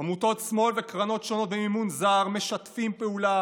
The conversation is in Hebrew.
עמותות שמאל וקרנות שונות במימון זר משתפות פעולה